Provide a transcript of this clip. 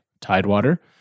Tidewater